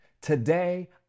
Today